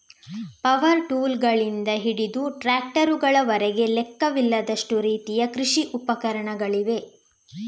power ಟೂಲ್ಗಳಿಂದ ಹಿಡಿದು ಟ್ರಾಕ್ಟರುಗಳವರೆಗೆ ಲೆಕ್ಕವಿಲ್ಲದಷ್ಟು ರೀತಿಯ ಕೃಷಿ ಉಪಕರಣಗಳಿವೆ